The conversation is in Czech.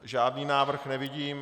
Žádný návrh nevidím.